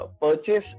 purchase